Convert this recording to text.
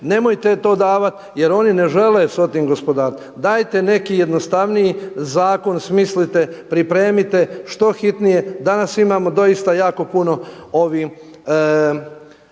nemojte to davati jer oni ne žele s tim gospodariti. Dajte neki jednostavniji zakon, smislite, pripremite što hitnije. Danas imamo doista jako puno ljudi